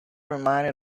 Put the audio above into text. reminded